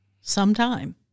sometime